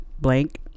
Blank